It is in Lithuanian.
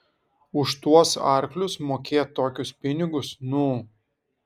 už tuos arklius mokėt tokius pinigus nu